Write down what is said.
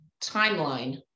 timeline